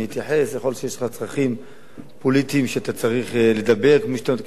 יכול להיות שיש לך צרכים פוליטיים שאתה צריך לדבר כפי שאתה מדבר,